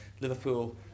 Liverpool